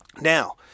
Now